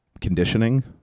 conditioning